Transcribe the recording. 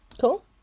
Cool